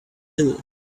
hill